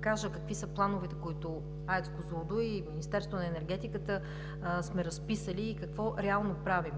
кажа какви са плановете, които АЕЦ „Козлодуй“ и Министерството на енергетиката сме разписали, и какво реално правим.